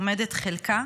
עומדת חלקה